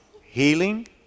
healing